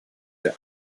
der